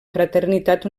fraternitat